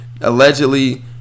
allegedly